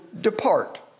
depart